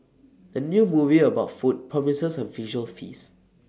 the new movie about food promises A visual feast